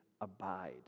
abide